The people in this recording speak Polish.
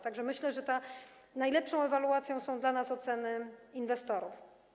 Tak że myślę, że najlepszą ewaluacją są dla nas oceny inwestorów.